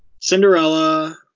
Cinderella